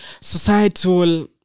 Societal